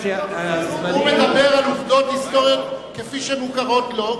הוא מדבר על עובדות היסטוריות כפי שהן מוכרות לו.